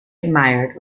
admired